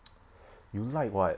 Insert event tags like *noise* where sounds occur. *noise* you like [what]